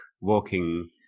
walking